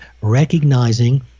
recognizing